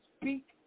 speak